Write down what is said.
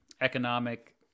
economic